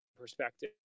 perspective